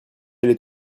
aller